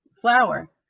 flower